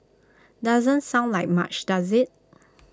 doesn't sound like much does IT